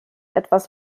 etwas